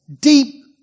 deep